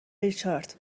ریچارد